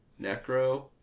Necro